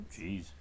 Jeez